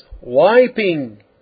wiping